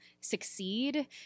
succeed